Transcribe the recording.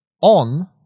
on